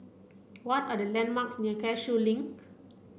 what are the landmarks near Cashew Link